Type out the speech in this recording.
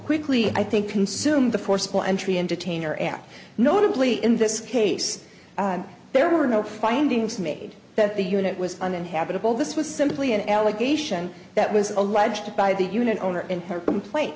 quickly i think consume the forcible entry entertainer at notably in this case there were no findings made that the unit was uninhabitable this was simply an allegation that was alleged by the union owner and her complaint